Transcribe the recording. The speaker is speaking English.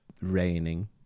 raining